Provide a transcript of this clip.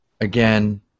again